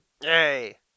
Yay